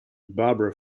barbara